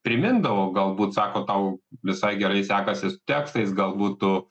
primindavo galbūt sako tau visai gerai sekasi s tekstais galbūt tu